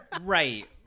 Right